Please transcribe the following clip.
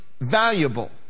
valuable